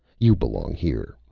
you belong here,